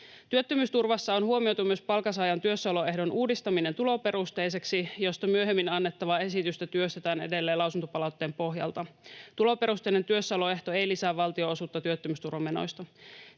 Työttömyysturvassa on huomioitu myös palkansaajan työssäoloehdon uudistaminen tuloperusteiseksi, josta myöhemmin annettavaa esitystä työstetään edelleen lausuntopalautteen pohjalta. Tuloperusteinen työssäoloehto ei lisää valtionosuutta työttömyysturvamenoista.